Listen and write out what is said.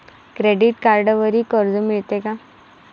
Credit कार्डवरही कर्ज मिळते का?